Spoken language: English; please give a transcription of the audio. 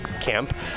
camp